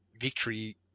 victory